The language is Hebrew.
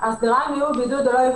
חלק מהמקומות הלא מעטים,